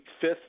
fifth